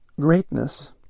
greatness